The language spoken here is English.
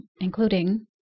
including